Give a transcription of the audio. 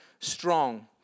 strong